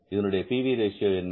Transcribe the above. இதனுடைய P V ratio என்ன